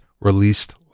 released